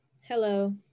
hello